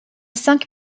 cinq